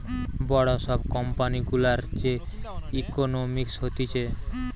বড় সব কোম্পানি গুলার যে ইকোনোমিক্স হতিছে